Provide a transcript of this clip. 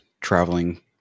traveling